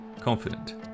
confident